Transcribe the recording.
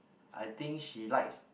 I think she likes